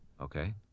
Okay